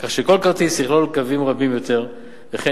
כך שכל כרטיס יכלול קווים רבים יותר וכן